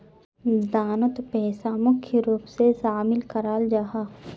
दानोत पैसा मुख्य रूप से शामिल कराल जाहा